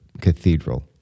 Cathedral